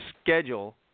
schedule